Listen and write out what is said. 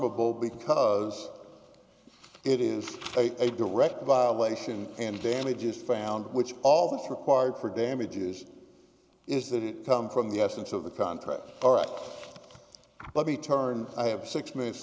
e because it is a direct violation and damages found which all this required for damages is that it come from the essence of the contract all right let me turn i have six minutes